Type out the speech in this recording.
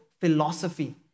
philosophy